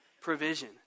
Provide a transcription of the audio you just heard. provision